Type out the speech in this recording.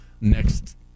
next